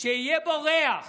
שיהיה בו ריח